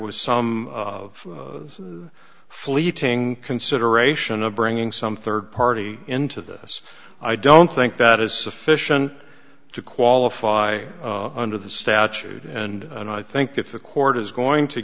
was some of those fleeting consideration of bringing some third party into this i don't think that is sufficient to qualify under the statute and i think if the court is going to